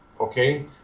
okay